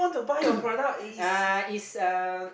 uh it's um